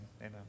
amen